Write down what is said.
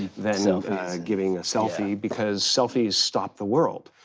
than giving a selfie because selfies stop the world.